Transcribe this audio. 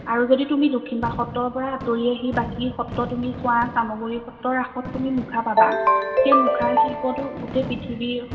আৰু যদি তুমি দক্ষিণপাট সত্ৰৰপৰা আঁতৰি আহি বাকী সত্ৰ তুমি চোৱা চামগুৰি সত্ৰৰ ৰাসত তুমি মুখা পাবা সেই মুখা শিল্পটো তুমি গোটেই পৃথিৱীৰ